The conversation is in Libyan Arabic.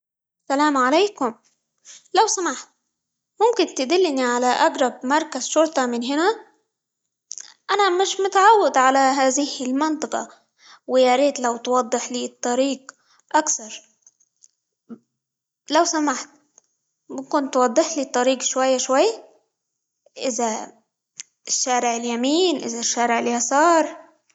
سلام عليكم، لو سمحت، ممكن تدلني على أقرب مركز شرطة من هنا؟ أنا مش متعود على هذه المنطقة، ويا ريت لو توضح لي الطريق أكتر، لو سمحت ممكن توضح لي الطريق شوي شوي، إذا الشارع اليمين، إذا الشارع اليسار.